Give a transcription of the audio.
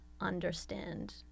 understand